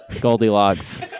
Goldilocks